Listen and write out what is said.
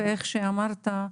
ואיך שאמרת,